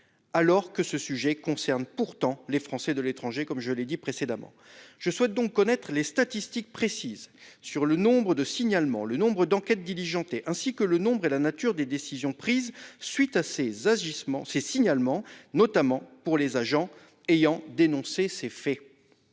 alors que ce sujet concerne pourtant les Français de l'étranger. Je souhaite donc connaître des statistiques précises sur le sujet : nombre de signalements, nombre d'enquêtes diligentées ainsi que nombre et nature des décisions prises à la suite de ces signalements, notamment pour les agents ayant dénoncé ces faits.